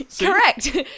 Correct